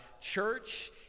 church